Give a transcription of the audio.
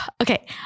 okay